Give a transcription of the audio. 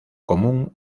común